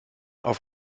auf